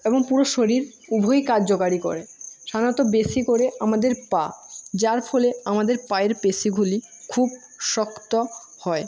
এবং পুরো শরীর উভয়ই কার্যকারী করে সাধারণত বেশি করে আমাদের পা যার ফলে আমাদের পায়ের পেশিগুলি খুব শক্ত হয়